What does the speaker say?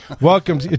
welcome